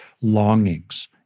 longings